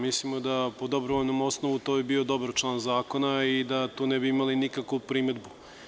Mislimo da po dobrovoljnom osnovu to bi bio dobar član zakona i da tu ne bi imali nikakvu primedbu.